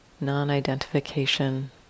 non-identification